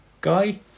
guy